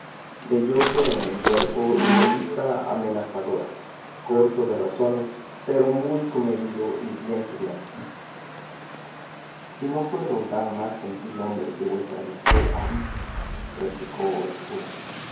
de rostro y barbitaheño velloso en el cuerpo y de vista amenazadora corto de razones pero muy comedido y bien criado si no fue roldán más gentilhombre que vuestra merced ha dicho replicó el cura